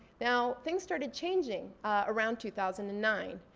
now things started changing around two thousand and nine.